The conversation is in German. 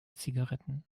zigaretten